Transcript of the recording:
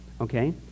okay